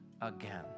again